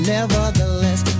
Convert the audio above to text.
Nevertheless